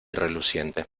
reluciente